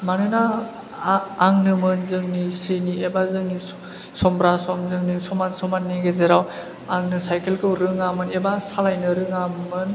मानोना आंनोमोन जोंनि स्रेनि एबा जोंनि सम्ब्रा सम्ब्रि जोंजों समान समाननि गेजेराव आंनो साइकेल खौ रोङामोन एबा सालायनो रोङामोन